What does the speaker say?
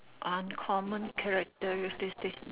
uncommon characteristics